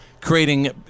creating